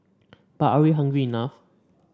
but are we hungry enough